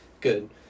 Good